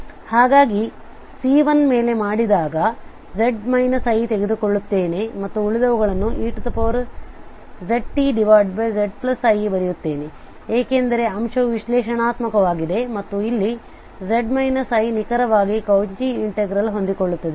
ಹಾಗಾಗಿ C1 ಮೇಲೆಮಾಡಿದಾಗ z i ತೆಗೆದುಕೊಳ್ಳುತ್ತೇನೆ ಮತ್ತು ಉಳಿದವುಗಳನ್ನು eztzi ಬರೆಯುತ್ತೇನೆ ಏಕೆಂದರೆ ಅಂಶವು ವಿಶ್ಲೇಷಣಾತ್ಮಕವಾಗಿದೆ ಮತ್ತು ಇಲ್ಲಿ ನಿಖರವಾಗಿ ಕೌಚಿ ಇಂಟೆಗ್ರಲ್ ಹೊಂದಿಕೊಳ್ಳುತ್ತದೆ